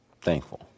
Thankful